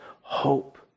hope